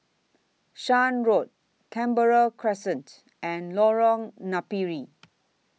Shan Road Canberra Crescent and Lorong Napiri